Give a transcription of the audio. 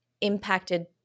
impacted